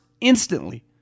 instantly